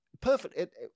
perfect